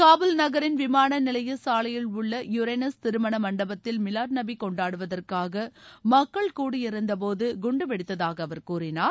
காபூல் நகரின் விமான நிலைய சாலையில் உள்ள யூரேனஸ் திருமண மண்டபத்தில் மிலாத் நபி கொண்டாடுவதற்காக மக்கள் கூடியிருந்தபோது குண்டு வெடித்ததாக அவர் கூறினார்